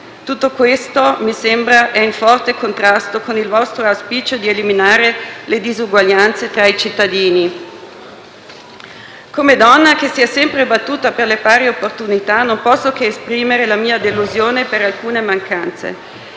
Tutto questo mi sembra in forte contrasto con il vostro auspicio di eliminare le disuguaglianze tra cittadini. Come donna che si è sempre battuta per le pari opportunità non posso che esprimere la mia delusione per alcune mancanze.